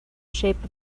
shape